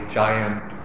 giant